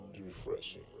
refreshing